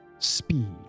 speed